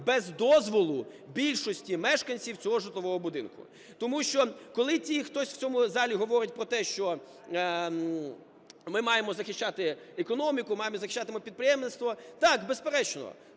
без дозволу більшості мешканців цього житлового будинку. Тому що, коли ті, хтось в цьому залі говорить про те, що ми маємо захищати економіку, маємо захищати ми підприємництво, так, безперечно,